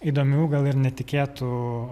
įdomių gal ir netikėtų